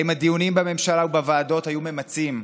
אם הדיונים בממשלה ובוועדות היו ממצים,